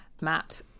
Matt